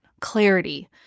clarity